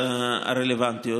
וראשי הרשויות הרלוונטיות.